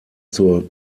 zur